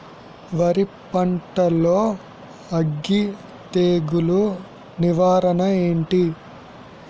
వరి పంటలో అగ్గి తెగులు నివారణ ఏంటి?